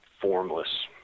formless